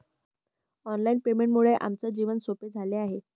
online पेमेंटमुळे आमचे जीवन सोपे झाले आहे